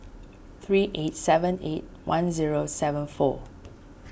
three eight seven eight one zero seven four